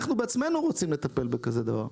אנחנו בעצמנו רוצים לטפל בכזה דבר.